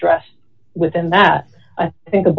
dress within that i think a